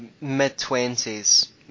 mid-twenties